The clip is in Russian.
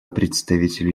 представителю